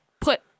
put